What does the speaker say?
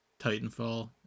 Titanfall